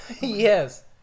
Yes